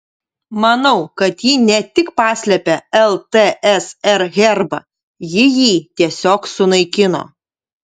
manau kad ji ne tik paslėpė ltsr herbą ji jį tiesiog sunaikino